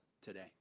today